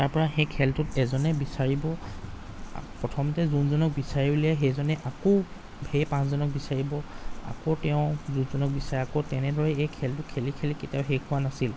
তাৰপা সেই খেলটোত এজনে বিচাৰিব প্ৰথমতে যোনজনক বিচাৰি উলিয়াই সেইজনে আকৌ সেই পাঁচজনক বিচাৰিব আকৌ তেওঁ যোনজনক বিচাৰে আকৌ তেনেদৰে সেই খেলটো খেলি খেলি কেতিয়াও শেষ হোৱা নাছিল